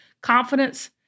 confidence